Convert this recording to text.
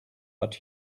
but